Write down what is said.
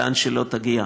לאן שלא תגיע.